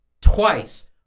twice